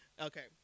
Okay